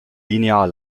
linear